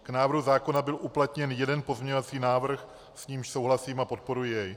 K návrhu zákona byl uplatněn jeden pozměňovací návrh, s nímž souhlasím a podporuji jej.